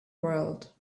world